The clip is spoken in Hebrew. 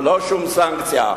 ולא שום סנקציה,